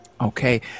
Okay